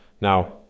Now